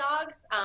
dogs